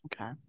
Okay